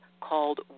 called